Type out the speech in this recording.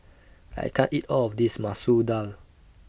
I can't eat All of This Masoor Dal